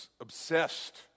obsessed